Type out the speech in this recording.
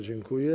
Dziękuję.